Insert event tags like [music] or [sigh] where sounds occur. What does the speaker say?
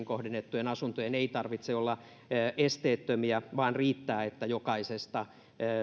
[unintelligible] kohdennettujen asuntojen ei tarvitse olla esteettömiä vaan riittää että jokaisesta